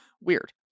Weird